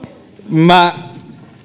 minä